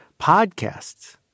Podcasts